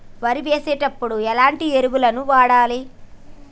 వరి వేసినప్పుడు ఎలాంటి ఎరువులను వాడాలి?